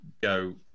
go